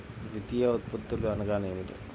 ద్వితీయ ఉత్పత్తులు అనగా నేమి?